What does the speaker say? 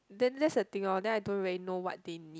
then that's the thing lor then I don't really know what they mean